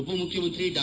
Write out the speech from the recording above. ಉಪ ಮುಖ್ಯಮಂತ್ರಿ ಡಾ